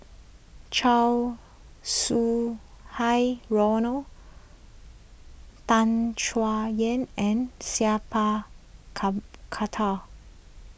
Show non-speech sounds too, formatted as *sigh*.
Chow Sau Hai Roland Tan Chay Yan and Sat Pal *unintelligible* Khattar